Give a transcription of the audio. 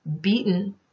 beaten